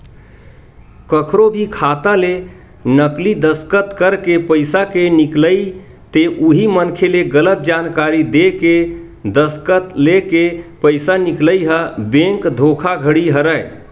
कखरो भी खाता ले नकली दस्कत करके पइसा के निकलई ते उही मनखे ले गलत जानकारी देय के दस्कत लेके पइसा निकलई ह बेंक धोखाघड़ी हरय